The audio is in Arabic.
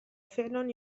فعل